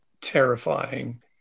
terrifying